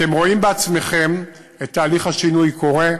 אתם רואים בעצמכם את תהליך השינוי קורה.